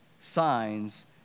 signs